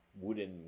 wooden